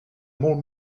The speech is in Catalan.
molt